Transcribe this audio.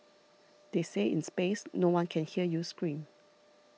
they say in space no one can hear you scream